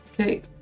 Okay